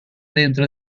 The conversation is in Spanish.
dentro